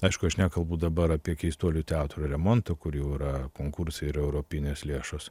aišku aš nekalbu dabar apie keistuolių teatro remonto kur jau yra konkursai ir europinės lėšos